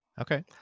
Okay